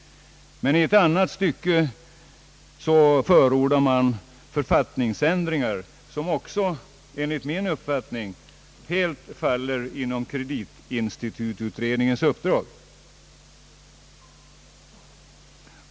I ett annat stycke förordar man emellertid författningsändringar som också, enligt min mening, helt faller inom kreditinstitututredningens uppdrag.